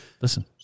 Listen